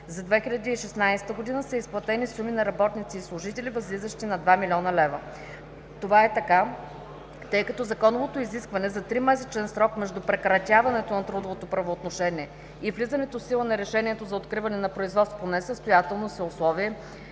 за 2016 г. са изплатени суми на работници и служители, възлизащи на 2 млн. лв. Това е така, тъй като законовото изискване за тримесечен срок между прекратяването на трудовото правоотношение и влизането в сила на решението за откриване на производство по несъстоятелност е условие,